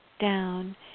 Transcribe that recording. down